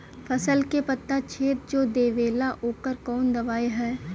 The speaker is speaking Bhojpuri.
फसल के पत्ता छेद जो देवेला ओकर कवन दवाई ह?